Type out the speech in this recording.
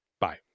Bye